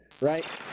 right